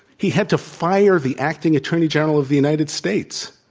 he had to fire the acting attorney general of the united states,